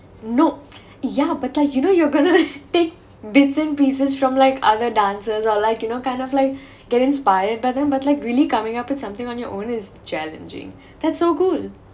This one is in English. nope yeah but like you know you're going to take bits and pieces from like other dancers or like you know kind of like get inspired but then but like really coming up with something on your own is challenging that's so good